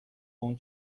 اون